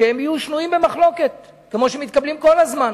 שיהיו שנויים במחלוקת, כמו שמתקבלים כל הזמן,